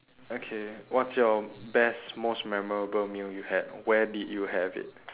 okay what's your best most memorable meal you had where did you have it